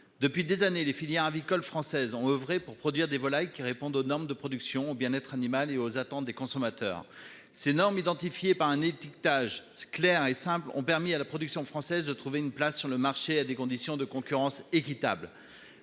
Depuis des années, les filières avicoles françaises ont oeuvré pour produire des volailles qui répondent aux normes de production, aux exigences du bien-être animal et aux attentes des consommateurs. Ces normes, identifiées par un étiquetage clair et simple, ont permis à la production française de trouver une place sur le marché dans des conditions de concurrence équitables.